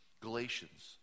Galatians